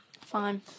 Fine